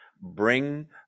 bring